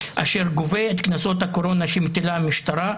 אשר גובה את קנסות הקורונה שמטילה המשטרה,